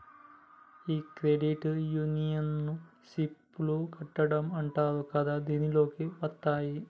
ఈ క్రెడిట్ యూనియన్లో సిప్ లు కట్టడం అంటారు కదా దీనిలోకి వత్తాయి